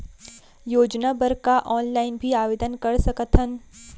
योजना बर का ऑनलाइन भी आवेदन कर सकथन?